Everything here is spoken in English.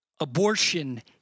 Abortion